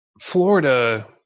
Florida